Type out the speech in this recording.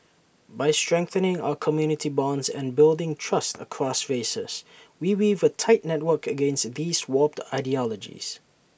by strengthening our community bonds and building trust across races we weave A tight network against these warped ideologies